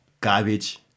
garbage